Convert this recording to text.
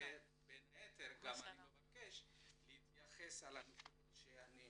בין היתר אני מבקש גם להתייחס לנקודות שהעליתי.